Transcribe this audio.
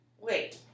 Wait